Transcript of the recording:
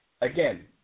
Again